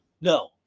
No